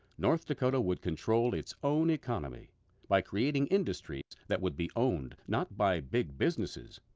north dakota would control its own economy by creating industries that would be owned, not by big businesses,